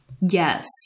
Yes